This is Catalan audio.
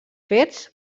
fets